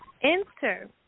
Enter